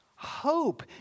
Hope